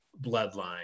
bloodline